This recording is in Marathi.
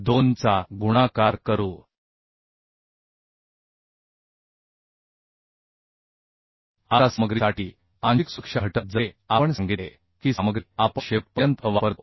2 चा गुणाकार करू आता सामग्रीसाठी आंशिक सुरक्षा घटक जसे आपण सांगितले की सामग्री आपण शेवट पर्यंत वापरतो